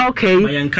Okay